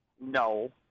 No